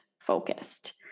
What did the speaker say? focused